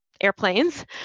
airplanes